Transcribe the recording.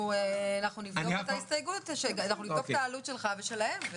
אנחנו נבדוק את העלות שלך ושלהם,